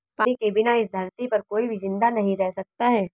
पानी के बिना इस धरती पर कोई भी जिंदा नहीं रह सकता है